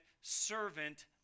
servant